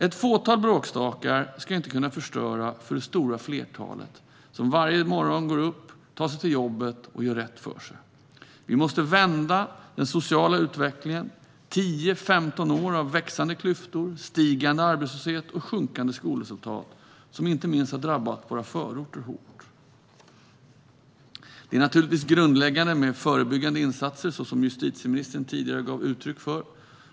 Ett fåtal bråkstakar ska inte kunna förstöra för det stora flertal som varje morgon går upp, tar sig till jobbet och gör rätt för sig. Vi måste vända den sociala utvecklingen - 10-15 år av växande klyftor, stigande arbetslöshet och sjunkande skolresultat som inte minst har drabbat våra förorter hårt. Förebyggande insatser är, som justitieministern tidigare gav uttryck för, naturligtvis grundläggande.